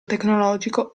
tecnologico